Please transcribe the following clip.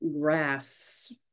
grass